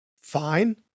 Fine